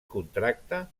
contracta